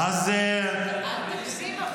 תמשיך.